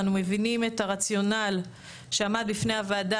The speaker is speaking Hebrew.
אנו מבינים את הרציונל שעמד בפני הוועדה